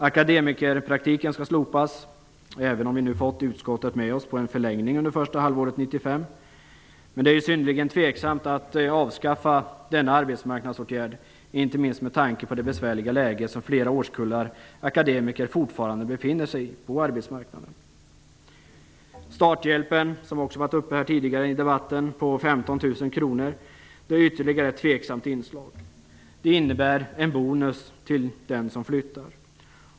Akademikerpraktiken skall slopas, trots att vi nu fått utskottsmajoriteten med oss för en förlängning under första halvåret 1995. Men det är synnerligen tveksamt att avskaffa denna arbetsmarknadsåtgärd, inte minst med tanke på det besvärliga läge som flera årskullar akademiker fortfarande befinner sig i på arbetsmarknaden. Starthjälpen på 15 000 kr, som också tagits upp här tidigare i debatten, är ytterligare ett tveksamt inslag. Det innebär en bonus till den som flyttar.